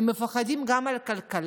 הם מפחדים גם על הכלכלה,